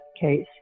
case